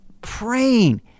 praying